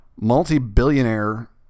multi-billionaire